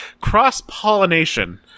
cross-pollination